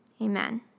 amen